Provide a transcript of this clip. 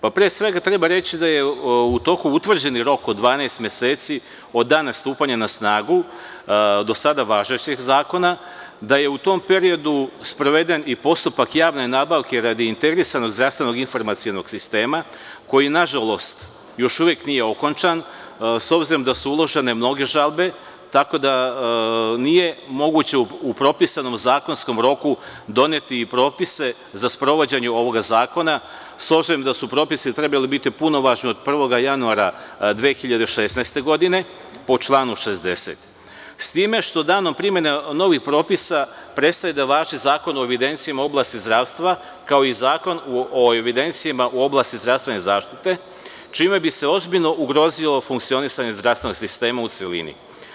Pre svega, treba reći da je u toku utvrđeni rok od 12 meseci od dana stupanja na snagu do sada važećeg zakona, da je u tom periodu sproveden i postupak javne nabavke radi Integrisanog zdravstvenog informacionog sistema koji, nažalost, još uvek nije okončan, s obzirom da su uložene mnoge žalbe, tako da nije moguće u propisanom zakonskom roku doneti i propise za sprovođenje ovoga zakona, s obzirom da su propisi trebali biti punovažni od 1. januara 2016. godine, po članu 60, s time što danom primene novih propisa prestaje da važi Zakon o evidencijama u oblasti zdravstva, kao i Zakon o evidencijama u oblasti zdravstvene zaštite, čime bi se ozbiljno ugrozilo funkcionisanje zdravstvenog sistema u celini.